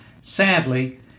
Sadly